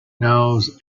knows